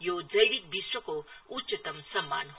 यो जैविक विश्वको उच्चतम सम्मान हो